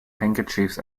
handkerchiefs